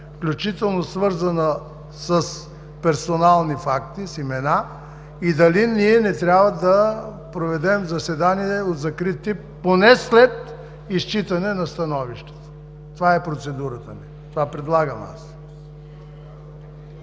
включително свързана с персонални факти и имена, и дали не трябва да проведем заседание от закрит тип, поне след изчитане на становището. Това е процедурата ми. ПРЕДСЕДАТЕЛ